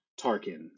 Tarkin